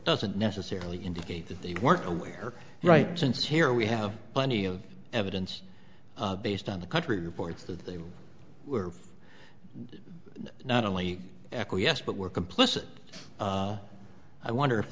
doesn't necessarily indicate that they weren't aware right since here we have plenty of evidence based on the country reports that they were not only acquiesced but were complicit i wonder if